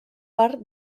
part